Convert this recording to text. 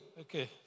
Okay